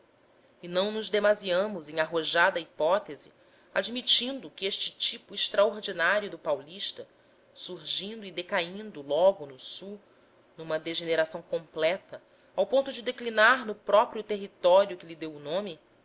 tipo extraordinário do paulista surgindo e decaindo logo no sul numa degeneração completa ao ponto de declinar no próprio território que lhe deu o nome